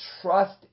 trust